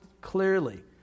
clearly